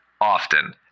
often